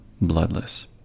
bloodless